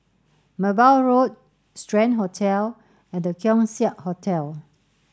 Merbau Road Strand Hotel and The Keong Saik Hotel